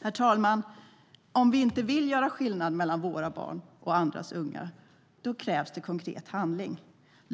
Herr talman! Om vi inte vill göra skillnad mellan våra barn och andras ungar krävs det konkret handling.